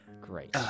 Great